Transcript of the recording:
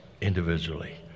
individually